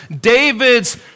David's